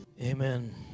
Amen